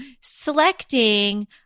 selecting